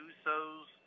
Usos